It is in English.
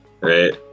right